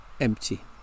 empty